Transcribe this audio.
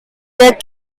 death